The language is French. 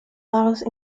mars